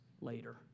later